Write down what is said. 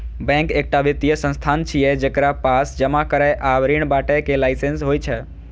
bank एकटा वित्तीय संस्थान छियै, जेकरा पास जमा करै आ ऋण बांटय के लाइसेंस होइ छै